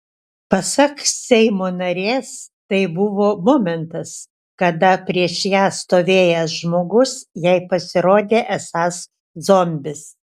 pasak seimo narės tai buvo momentas kada prieš ją stovėjęs žmogus jai pasirodė esąs zombis